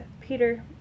Peter